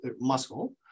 muscle